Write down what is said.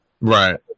Right